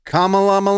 Kamala